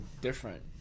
different